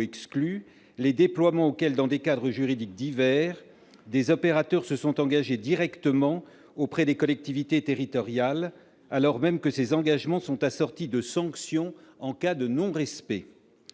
exclus les déploiements auxquels, dans des cadres juridiques divers, des opérateurs se sont engagés directement auprès de collectivités territoriales, alors même que ces engagements sont assortis de sanctions en cas de non-respect.